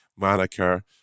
Moniker